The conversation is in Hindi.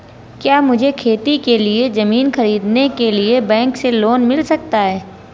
क्या मुझे खेती के लिए ज़मीन खरीदने के लिए बैंक से लोन मिल सकता है?